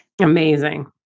Amazing